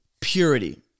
Purity